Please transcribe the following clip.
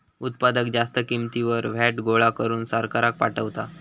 उत्पादक जास्त किंमतीवर व्हॅट गोळा करून सरकाराक पाठवता